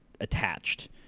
attached